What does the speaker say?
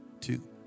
two